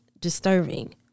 disturbing